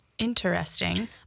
Interesting